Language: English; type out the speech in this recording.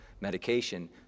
medication